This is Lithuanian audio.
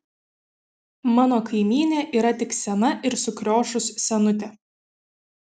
mano kaimynė yra tik sena ir sukriošus senutė